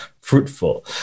fruitful